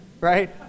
right